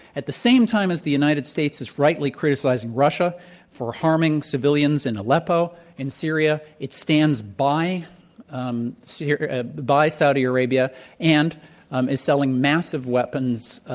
at the same time as the united states is rightly criticizing russia for harming civilians in aleppo in syria, it stands by um ah by saudi arabia and um is selling massive weapons,